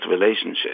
relationship